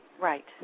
Right